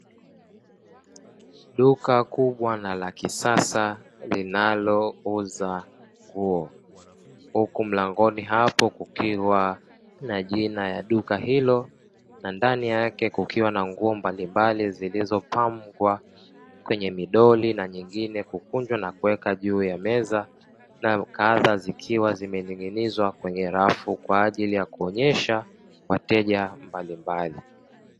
Duka kubwa na la kisasa linalouza nguo. Huku mlangoni hapo kukiwa na jina ya duka hilo, na ndani yake kukiwa na nguo mbalimbali zilizopangwa kwenye midoli na nyingine kukunjwa na kueka juu ya meza na kadha zikiwa zimening'inizwa kwenye rafu kwa ajili ya kuonyesha wateja mbalimbali.